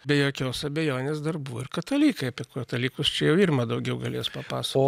be jokios abejonės dar buvo ir katalikai apie katalikus čia jau irma daugiau galės papasakot